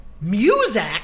music